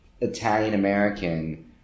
Italian-American